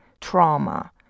trauma